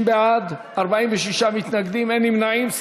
60 בעד, 46 מתנגדים, אין נמנעים.